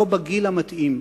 לא בגיל המתאים.